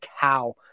cow